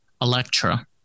Electra